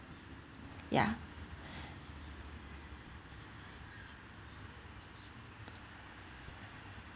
ya